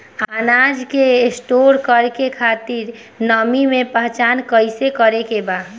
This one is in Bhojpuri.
अनाज के स्टोर करके खातिर नमी के पहचान कैसे करेके बा?